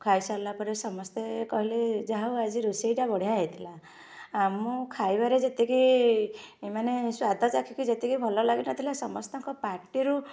ଖାଇ ସାରିଲା ପରେ ସମସ୍ତେ କହିଲେ ଯାହା ହଉ ଆଜି ରୋଷେଇ ଟା ବଢ଼ିଆ ହେଇଥିଲା ଆ ମୁଁ ଖାଇବାରେ ଯେତିକି ମାନେ ସ୍ବାଦ ଚାଖିକି ଯେତିକି ଭଲ ଲାଗିନଥିଲା ସମସ୍ତଙ୍କ ପାଟିରୁ